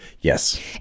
Yes